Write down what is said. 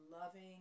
loving